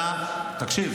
תקשיב,